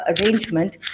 arrangement